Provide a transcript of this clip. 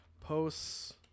posts